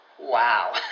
Wow